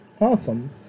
Awesome